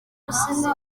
rusizi